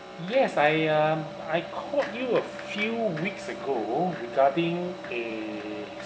yes I um I called you a few weeks ago regarding a